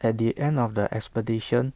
at the end of the expedition